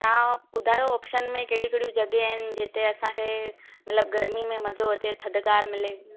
हा बुधायो ऑप्शन में कहड़ियूं कहड़ियूं जॻाहियूं आहिनि जिते असांखे मतिलब गरिमी में मज़ो अचे थदिकार मिले